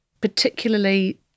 particularly